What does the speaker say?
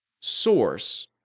source